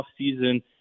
offseason